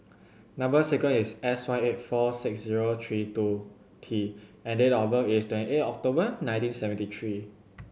number sequence is S one eight four six zero three two T and date of birth is twenty eight October nineteen seventy three